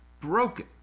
broken